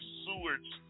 sewage